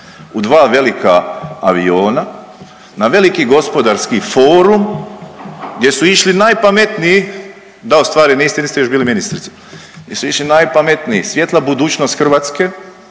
u dva velika aviona na veliki Gospodarski forum gdje su išli najpametniji da ostvare - niste, još niste bili ministrica - gdje su išli najpametniji svjetla budućnost Hrvatske.